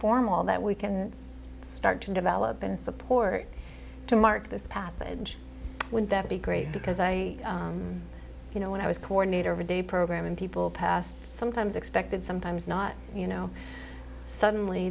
formal that we can start to develop and support to mark this passage would that be great because i you know when i was coordinator of a day program and people passed sometimes expected sometimes not you know suddenly